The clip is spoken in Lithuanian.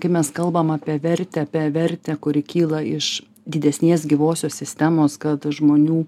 kai mes kalbam apie vertę apie vertę kuri kyla iš didesnės gyvosios sistemos kad žmonių